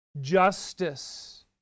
Justice